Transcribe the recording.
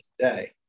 today